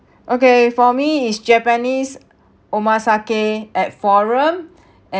okay for me is japanese omakase at forum